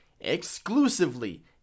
Exclusively